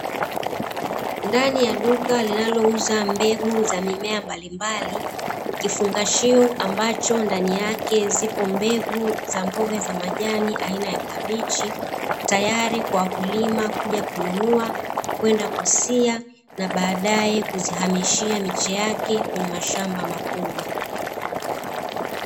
Ndani ya duka linalouza mbegu za mimea mbalimbali, kifungashio ambacho ndani yake zipo mbegu na mboga za majani aina ya kabichi, tayari kwa wakulima kuja kununua kwenda kusia, na badae kuzihamisha miche yake kwenye mashamba makubwa.